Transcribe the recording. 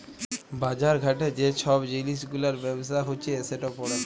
বাজার ঘাটে যে ছব জিলিস গুলার ব্যবসা হছে সেট পড়ে